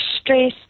stress